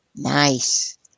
Nice